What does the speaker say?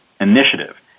initiative